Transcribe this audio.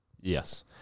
Yes